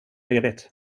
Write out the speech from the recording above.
ledigt